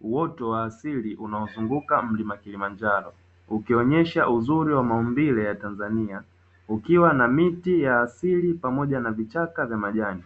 Uoto wa asili unaozunguka mlima kilimanjaro ukionyesha uzuri wa maumbile ya tanzania, ukiwa na miti ya asili pamoja na vichaka vya majani,